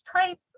type